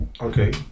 okay